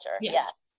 Yes